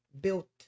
built